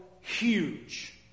huge